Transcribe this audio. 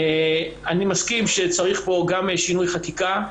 אני מסכים שצריך פה גם שינוי חקיקה,